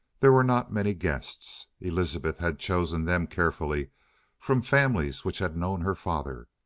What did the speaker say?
there were not many guests. elizabeth had chosen them carefully from families which had known her father,